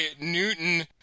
Newton